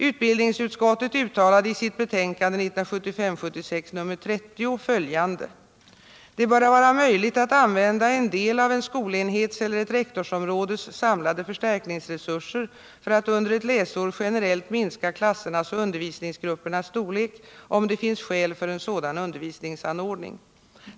Utbildningsutskottet uttalade i sitt betänkande 1975/76:30 följande: ”-—— det bör vara möjligt att använda en del av en skolenhets eller ett rektorsområdes samlade förstärkningsresurser för att under ett läsår generellt minska klassernas och undervisningsgruppernas storlek, om det finns skäl för en sådan undervisningsanordning.